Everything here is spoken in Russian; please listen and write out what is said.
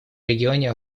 регионе